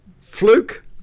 Fluke